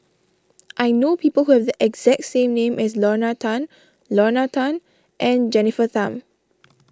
I know people who have the exact same name as Lorna Tan Lorna Tan and Jennifer Tham